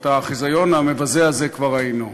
את החיזיון המבזה הזה כבר ראינו.